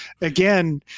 again